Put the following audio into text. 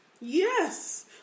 Yes